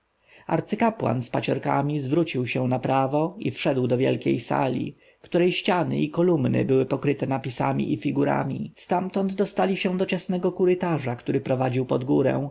arcykapłan z paciorkami zwrócił się na prawo i wszedł do wielkiej sali której ściany i kolumny były pokryte napisami i figurami stamtąd dostali się do ciasnego korytarza który prowadził pod górę